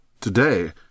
Today